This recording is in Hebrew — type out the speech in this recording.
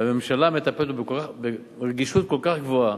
הממשלה מטפלת ברגישות כל כך גבוהה.